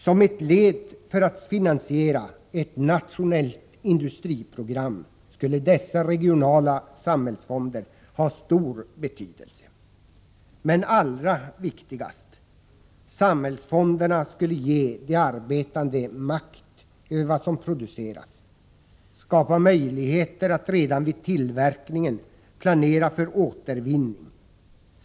Som ett led i finansieringen av ett nationellt industriprogram skulle dessa regionala samhällsfonder ha stor betydelse. Men allra viktigast: Samhällsfonderna skulle ge de arbetande makt över vad som produceras och skapa möjligheter att redan vid tillverkningen planera för återvinning.